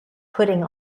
pudding